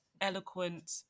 eloquent